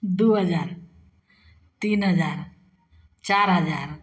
दुइ हजार तीन हजार चारि हजार